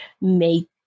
make